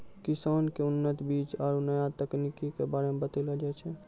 किसान क उन्नत बीज आरु नया तकनीक कॅ बारे मे बतैलो जाय छै